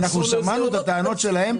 אנחנו שמענו את הטענות שלהם.